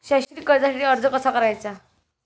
शैक्षणिक कर्जासाठी अर्ज कसा करायचा?